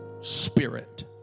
spirit